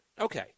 Okay